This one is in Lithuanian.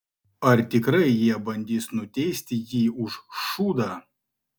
ar tikrai jie bandys nuteisti jį už šūdą